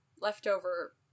leftover